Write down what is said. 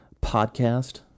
Podcast